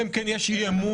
אלא אם כן יש אי אמון.